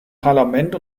parlament